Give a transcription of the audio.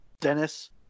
Dennis